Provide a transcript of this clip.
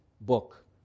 Book